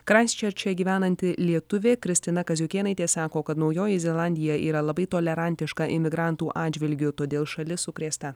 kraisčerče gyvenanti lietuvė kristina kaziukėnaitė sako kad naujoji zelandija yra labai tolerantiška imigrantų atžvilgiu todėl šalis sukrėsta